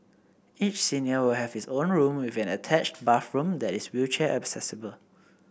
each senior will have his own room with an attached bathroom that is wheelchair accessible